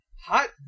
hot